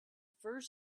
first